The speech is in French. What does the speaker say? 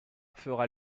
fera